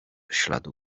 śladu